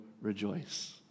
rejoice